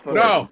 no